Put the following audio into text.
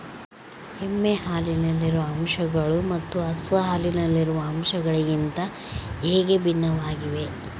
ಎಮ್ಮೆ ಹಾಲಿನಲ್ಲಿರುವ ಅಂಶಗಳು ಮತ್ತು ಹಸು ಹಾಲಿನಲ್ಲಿರುವ ಅಂಶಗಳಿಗಿಂತ ಹೇಗೆ ಭಿನ್ನವಾಗಿವೆ?